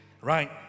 right